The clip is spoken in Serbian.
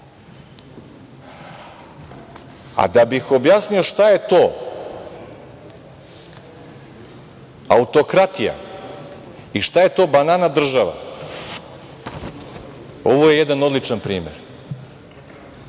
bih objasnio šta je to autokratija i šta je to banana država, ovo je jedan odličan primer.